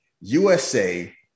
USA